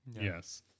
Yes